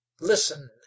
listen